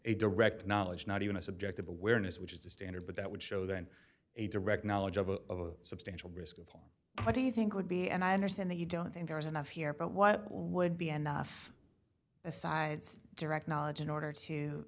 a direct knowledge not even a subjective awareness which is the standard but that would show then a direct knowledge of a substantial risk of all i do you think would be and i understand that you don't think there is enough here but what would be enough asides direct knowledge in order to